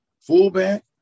fullback